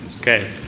Okay